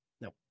No